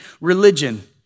religion